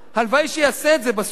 הלוואי שיעשה את זה בסוף.